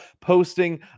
posting